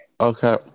Okay